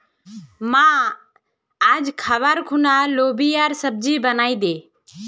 मां, आइज खबार खूना लोबियार सब्जी बनइ दे